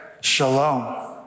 Shalom